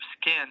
skin